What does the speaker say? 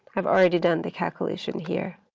i've already done the calculation here.